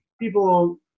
people